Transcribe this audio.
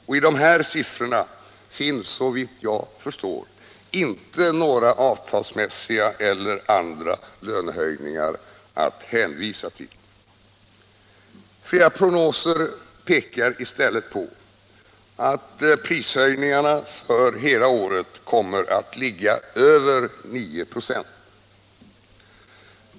Och i de här siffrorna finns, såvitt jag förstår, inte några avtalsmässiga eller andra lönehöjningar att hänvisa till. Flera prognoser pekar i stället på att prishöjningarna för hela året kommer att ligga över 9 96.